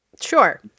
Sure